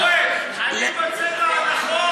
אורן, אני בצבע הנכון.